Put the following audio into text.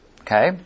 Okay